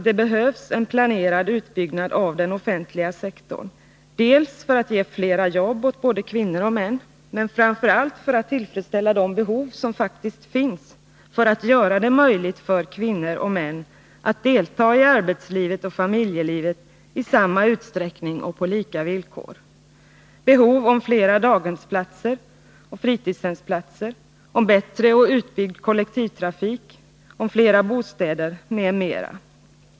Det behövs ju en planerad utbyggnad av den offentliga sektorn, dels för att ge flera jobb åt både kvinnor och män, dels och framför allt för att tillfredställa de behov som faktiskt finns, för att göra det möjligt för kvinnor och män att delta i arbetslivet och familjelivet i samma utsträckning och på lika villkor. Det gäller behov av flera daghemsoch fritidshemsplatser, bättre och utbyggd kollektivtrafik, flera bostäder m.m.